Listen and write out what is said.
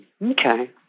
Okay